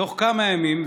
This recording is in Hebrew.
תוך כמה ימים,